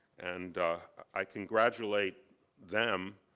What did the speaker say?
and i congratulate them